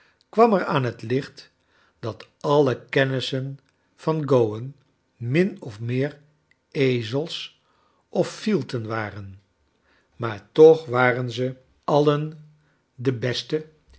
kwam er a m het licht dat alle kennissen van go wan min of meer ezels j of fielten waren maar toch waren ze alien de beste